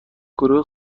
گروه